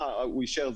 הוא אישר,